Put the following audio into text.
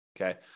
Okay